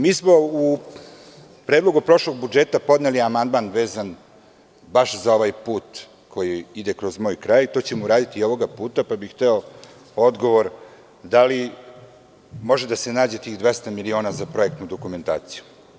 Mi smo u predlogu prošlog budžeta podneli amandman vezan baš za ovaj put koji ide kroz moj kraj, to ćemo uraditi i ovoga puta, pa bih hteo odgovor da li može da se nađe tih 200 miliona za projektnu dokumentaciju.